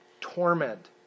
Torment